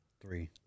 three